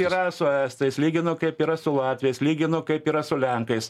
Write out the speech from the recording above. yra su estais lyginu kaip yra su latviais lyginu kaip yra su lenkais